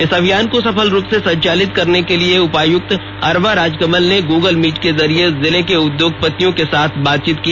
इस अभियान को सफल रूप से संचालित करने के लिए उपायुक्त अरवा राजकमल ने ग्रगल मीट के जरिए जिले के उद्योगपतियों के साथ बात चीत की